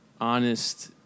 honest